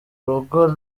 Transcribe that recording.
rugo